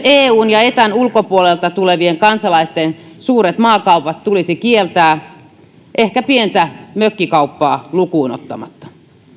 eun ja etan ulkopuolelta tulevien kansalaisten suuret maakaupat tulisi kieltää ehkä pientä mökkikauppaa lukuun ottamatta